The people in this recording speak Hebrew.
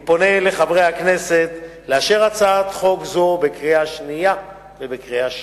אני פונה לחברי הכנסת לאשר הצעת חוק זו בקריאה שנייה ובקריאה שלישית.